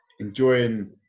enjoying